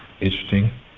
interesting